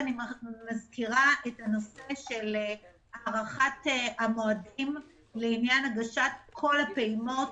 אני מזכירה את הנושא של הארכת המועדים לעניין הגשת כל הפעימות.